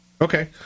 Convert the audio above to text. Okay